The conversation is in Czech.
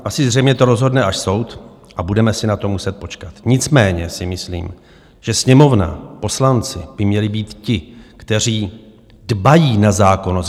Asi zřejmě to rozhodne až soud a budeme si na to muset počkat, nicméně si myslím, že Sněmovna, poslanci by měli být ti, kteří dbají na zákonnost.